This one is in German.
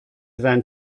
sein